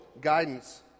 guidance